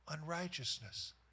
unrighteousness